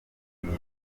nyina